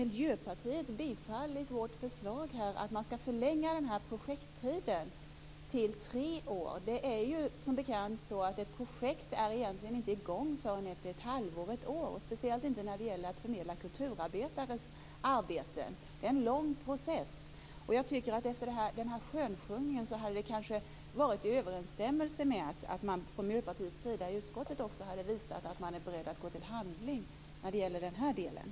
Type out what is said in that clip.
Miljöpartiet tillstyrkt vårt förslag att projekttiden skall förlängas till tre år? Det är som bekant så att ett projekt egentligen inte är i gång förrän efter ett halvår eller ett år. Speciellt gäller det vid förmedling av uppgifter för kulturarbetare. Det är en lång process. Jag tycker att det hade varit i överensstämmelse med den här skönsjungningen att Miljöpartiet också i utskottet hade visat att man är beredd att gå till handling på denna punkt.